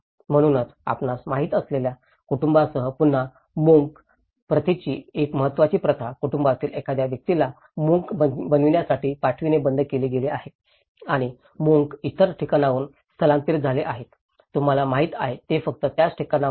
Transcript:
म्हणूनच आपल्यास माहित असलेल्या कुटूंबासह पुन्हा मोंक प्रथेची एक महत्वाची प्रथा कुटूंबातील एखाद्या व्यक्तीला मोंक बनण्यासाठी पाठविणे बंद केले गेले आहे आणि मोंक इतर ठिकाणाहून स्थलांतरित झाले आहेत तुम्हाला माहिती आहे ते फक्त त्याच ठिकाणाहून नाही